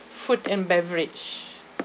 food and beverage